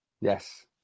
Yes